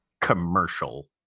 commercial